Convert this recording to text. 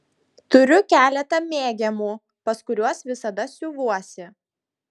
turiu keletą mėgiamų pas kuriuos visada siuvuosi